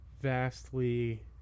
vastly